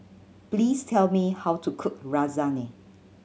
please tell me how to cook Lasagne